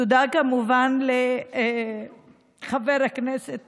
תודה, כמובן, גם לחבר הכנסת